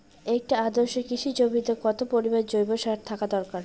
একটি আদর্শ কৃষি জমিতে কত পরিমাণ জৈব সার থাকা দরকার?